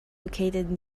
located